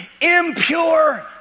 impure